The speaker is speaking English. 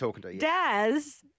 Daz